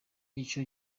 ico